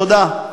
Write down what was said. תודה.